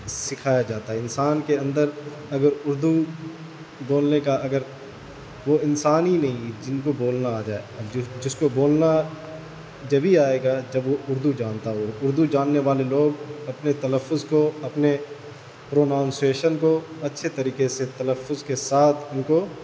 سکھایا جاتا ہے انسان کے اندر اگر اردو بولنے کا اگر وہ انسان ہی نہیں جن کو بولنا آ جائے جس کو بولنا جبھی آئے گا جب وہ اردو جانتا ہو اردو جاننے والے لوگ اپنے تلفظ کو اپنے پروناؤنسئیشن کو اچھے طریقے سے تلفظ کے ساتھ ان کو